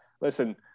Listen